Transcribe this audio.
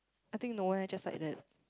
I think no eh just like that